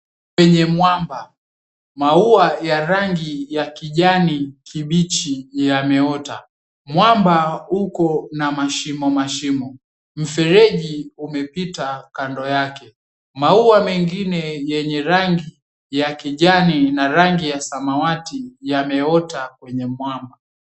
Kwenye mwamba, maua yenye rangi ya kijani kibichi, yameota. Mwamba uko na mashimo mashimo. Mfereji umepita kando yake. Maua mengine yenye rangi ya kijani na rangi ya samawati yameota kwenye mwamba.